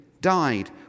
died